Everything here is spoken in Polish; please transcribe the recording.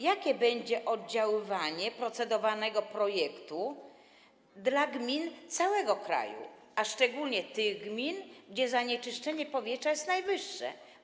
Jakie będzie oddziaływanie procedowanego projektu w odniesieniu do gmin w całym kraju, a szczególnie tych gmin, gdzie zanieczyszczenie powietrza jest najwyższe?